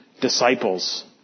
disciples